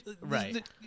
Right